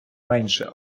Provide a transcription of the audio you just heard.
менше